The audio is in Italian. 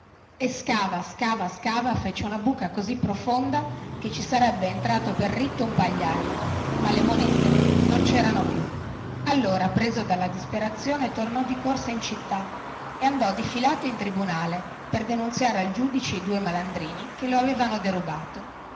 e scava scava scava fece una buca così profonda che ci sarebbe entrato per ritto un pagliaio ma le monete non ci erano più allora preso dalla disperazione tornò di corsa in città e andò difilato in tribunale per denunziare al giudice i due malandrini che lo avevano derubato